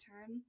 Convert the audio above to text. term